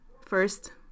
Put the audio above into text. first